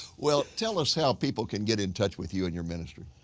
well, tell us how people can get in touch with you and your ministry.